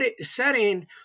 setting